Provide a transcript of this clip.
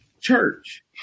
church